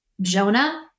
Jonah